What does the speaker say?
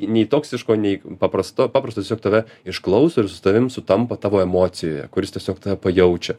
nei toksiško nei paprasto paprasta tiesiog tave išklauso ir su tavim sutampa tavo emocijoje kuris tiesiog tave pajaučia